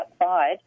outside